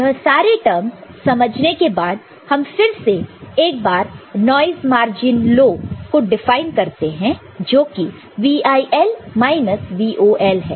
तो यह सारे टर्मस समझने के बाद हम फिर से एक बार नॉइस मार्जिन लो को डिफाइन करते हैं जोकि VIL माइनस VOL है